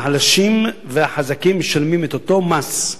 החלשים והחזקים משלמים את אותו מס,